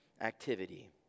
activity